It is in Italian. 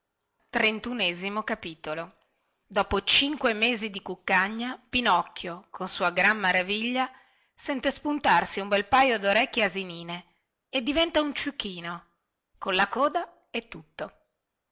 io opo cinque mesi di cuccagna pinocchio con sua grande maraviglia sente spuntarsi un bel paio dorecchie asinine e diventa un ciuchino con la coda e tutto